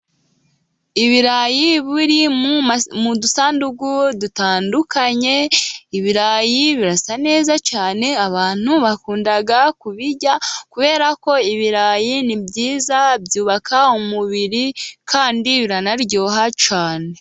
Ibirayi biri mu dusandugu dutandukanye. Ibirayi birasa neza cyane, abantu bakunda kubirya kubera ko ibirayi ni byiza byubaka umubiri kandi biranaryoha cyane.